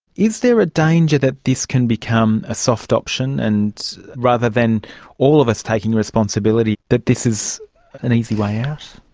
is there a danger that this can become a soft option and rather than all of us taking responsibility, that this is an easy way out?